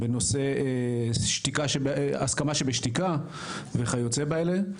בנושא הסכמה שבשתיקה וכל הדברים האלה.